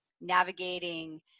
navigating